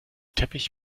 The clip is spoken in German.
teppich